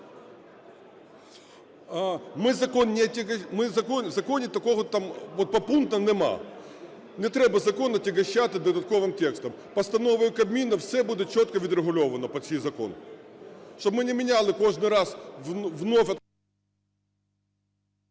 в законі такого по пунктах немає. Не треба закон отягощать додатковим текстом. Постановою Кабміну все буде чітко відрегульовано по цьому закону, щоб ми не міняли кожний раз вновь…